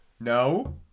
No